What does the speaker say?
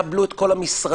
תקבלו את כל המשרדים,